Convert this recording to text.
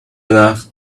enough